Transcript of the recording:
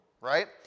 right